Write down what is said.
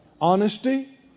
Honesty